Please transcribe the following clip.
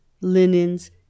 linens